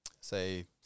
say